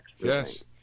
Yes